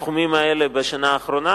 בתחומים האלה בשנה האחרונה,